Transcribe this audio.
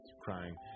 crying